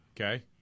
Okay